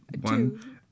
one